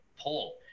pull